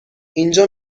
اینجا